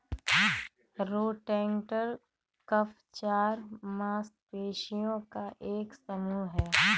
rotator cuff चार मांसपेशियों का एक समूह है